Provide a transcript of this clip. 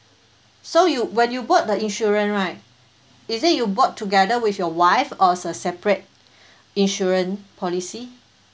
so you when you bought the insurance right is it you bought together with your wife or is a separate insurance policy